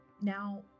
Now